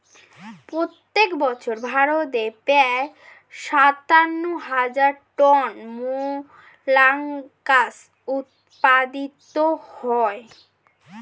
প্রত্যেক বছর ভারতে প্রায় সাতান্ন হাজার টন মোলাস্কা উৎপাদিত হয়